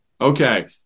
Okay